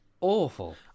Awful